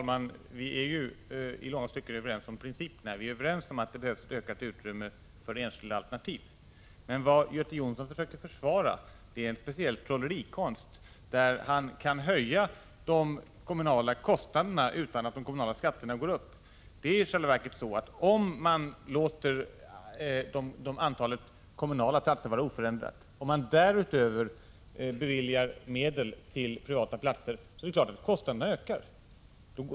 Herr talman! Vi är i långa stycken överens om principerna. Vi är överens om att det behövs ett ökat utrymme för enskilda alternativ. Men vad Göte Jonsson försökte försvara är en speciell trollerikonst, där man kan höja de kommunala kostnaderna utan att de kommunala skatterna höjs. I själva verket är det så att om man låter antalet kommunala platser vara oförändrat och därutöver beviljar medel till privata platser är det klart att kostnaderna ökar.